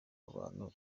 bantu